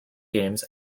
games